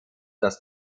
das